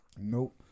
Nope